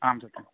आं सत्यम्